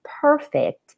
perfect